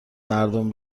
مردم